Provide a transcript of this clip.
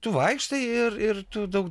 tu vaikštai ir ir tu daug